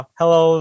hello